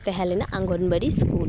ᱛᱟᱦᱮᱸ ᱞᱮᱱᱟ ᱚᱜᱚᱱᱣᱟᱲᱤ ᱤᱥᱠᱩᱞ